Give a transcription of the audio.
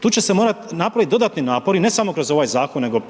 tu će se morati napraviti dodatni napori ne samo kroz ovaj zakon, nego